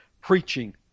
preaching